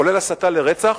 כולל הסתה לרצח,